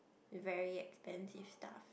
very expensive stuff